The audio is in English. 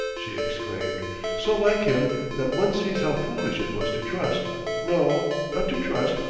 she exclaimed so like him that one sees how foolish it was to trust no, not to trust,